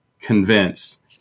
convince